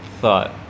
thought